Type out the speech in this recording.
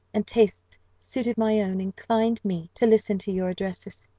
and tastes suited my own, inclined me to listen to your addresses.